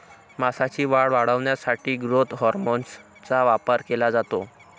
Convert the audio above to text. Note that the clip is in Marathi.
मांसाची वाढ वाढवण्यासाठी ग्रोथ हार्मोनचा वापर केला जातो